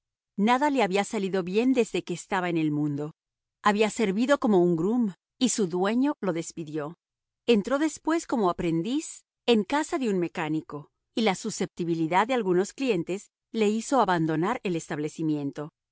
nada le había salido bien desde que estaba en el mundo había servido como groom y su dueño lo despidió entró después como aprendiz en casa de un mecánico y la susceptibilidad de algunos clientes le hizo abandonar el establecimiento